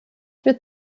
wird